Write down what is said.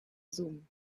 zoom